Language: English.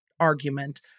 argument